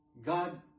God